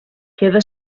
queda